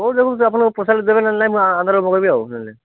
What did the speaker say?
ହଉ ଦେଖନ୍ତୁ ଆପଣଙ୍କୁ ପୋଷାଇଲେ ଦେବେ ନହେଲେ ନାଇ ମୁଁ ଆନ୍ଧ୍ରାରୁ ମଗେଇବି ଆଉ ନହେଲେ